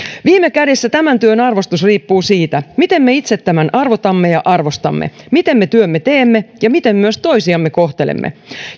viime kädessä tämän työn arvostus riippuu siitä miten me itse tämän arvotamme ja arvostamme miten me työmme teemme ja miten myös toisiamme kohtelemme